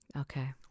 okay